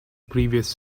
previous